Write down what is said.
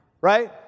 right